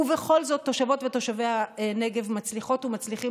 ובכל זאת תושבות ותושבי הנגב מצליחות ומצליחים